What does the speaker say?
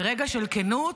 ברגע של כנות,